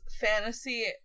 fantasy